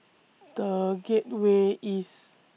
The Gateway East